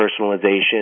personalization